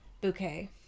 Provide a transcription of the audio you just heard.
bouquet